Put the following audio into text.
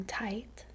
tight